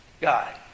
God